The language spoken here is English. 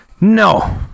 No